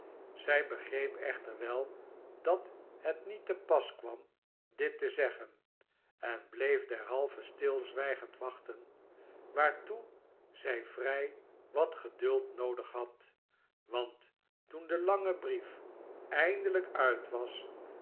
zij begreep echter wel dat het niet te pas kwam dit te zeggen en bleef derhalve stilzwijgend wachten waartoe zij vrij wat geduld noodig had want toen de lange brief eindelijk uit was